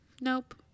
Nope